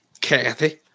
Kathy